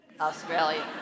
Australian